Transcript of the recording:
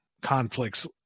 conflicts